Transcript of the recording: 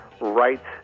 right